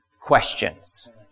questions